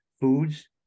foods